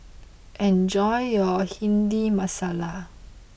enjoy your Bhindi Masala